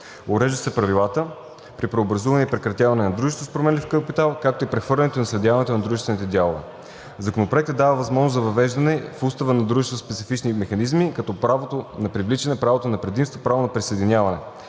Уреждат се правилата при преобразуване и прекратяване на дружеството с променлив капитал, както и прехвърлянето и наследяването на дружествените дялове. Законопроектът дава възможност за въвеждане в устава на дружеството на специфични механизми като правото на привличане, правото на предимство, правото на присъединяване,